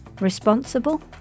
responsible